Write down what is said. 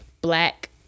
black